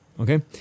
Okay